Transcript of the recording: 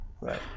right